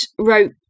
wrote